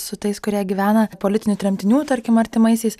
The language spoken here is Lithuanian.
su tais kurie gyvena politinių tremtinių tarkim artimaisiais